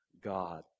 God